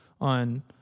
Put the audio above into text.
on